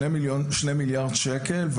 2 מיליארד שקל,